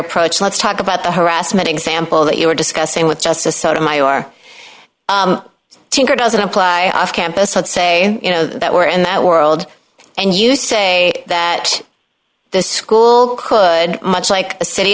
approach let's talk about the harassment example that you were discussing with justice sotomayor tinker doesn't apply off campus and say you know that we're in that world and you say that the school could much like a city